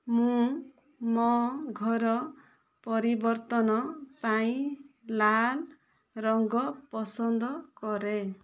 ମୁଁ ମୋ ଘର ପରିବର୍ତ୍ତନ ପାଇଁ ଲାଲ ରଙ୍ଗ ପସନ୍ଦ କରେ